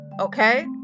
okay